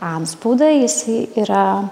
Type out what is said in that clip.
antspaudą jis yra